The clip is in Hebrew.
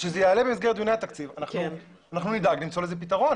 אז כשזה יעלה במסגרת דיוני תקציב אנחנו נדאג למצוא לזה פתרון,